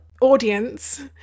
audience